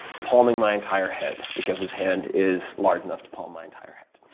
palming my entire head because his hand is large enough to palm my entire head.